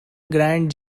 grant